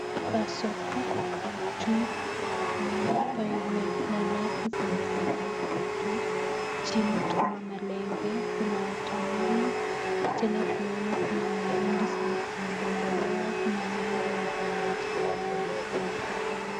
Hapa soko tunaona mananasi ambazo zimeanikwa juu, chi ni kuna malenge. Pia tunaona kuna mahindi iliyodondolewa na nyingine bado haijadondolewa.